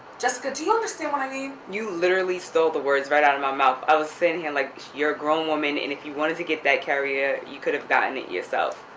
jessica, do you understand what i mean? you literally stole the words right out of my mouth. i was sitting here, like, you're a grown woman and if you wanted to get that carrier you could have gotten it yourself.